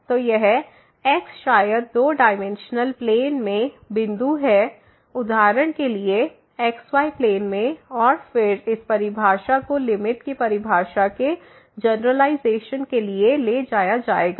तो यह x शायद दो डाइमेंशनल प्लेन में बिंदु है उदाहरण के लिए xy प्लेन में और फिर इस परिभाषा को लिमिट की परिभाषा के जनरलाइजेशन के लिए ले जाया जाएगा